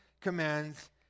commands